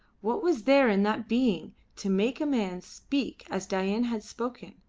what was there in that being to make a man speak as dain had spoken,